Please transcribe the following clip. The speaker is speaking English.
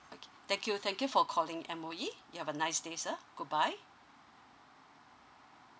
okay thank you thank you for calling M_O_E you have a nice day sir goodbye